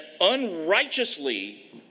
unrighteously